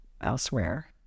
elsewhere